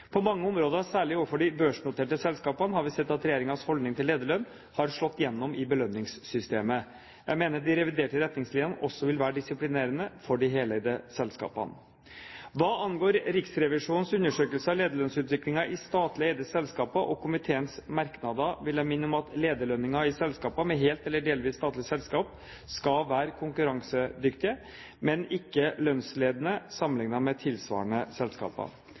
På mange områder, særlig overfor de børsnoterte selskapene, har vi sett at regjeringens holdning til lederlønn har slått gjennom i belønningssystemet. Jeg mener de reviderte retningslinjene også vil være disiplinerende for de heleide selskapene. Hva angår Riksrevisjonens undersøkelser av lederlønnsutviklingen i statlig eide selskaper og komiteens merknader, vil jeg minne om at lederlønninger i selskaper med helt eller delvis statlig eierskap skal være konkurransedyktige, men ikke lønnsledende sammenlignet med tilsvarende selskaper.